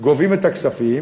גובים את הכספים,